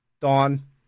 dawn